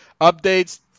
updates